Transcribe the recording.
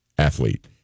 athlete